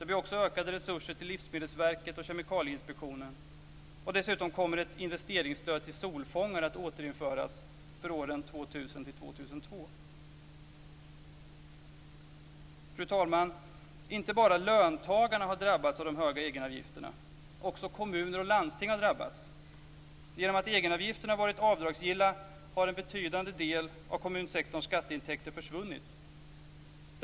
Det blir också ökade resurser till Livsmedelsverket och Kemikalieinspektionen. Dessutom kommer ett investeringsstöd till solfångare att återinföras för åren 2000 Fru talman! Det är inte bara löntagarna som har drabbats av de höga egenavgifterna, också kommuner och landsting har drabbats. Genom att egenavgifterna har varit avdragsgilla har en betydande del av kommunsektorns skatteintäkter försvunnit.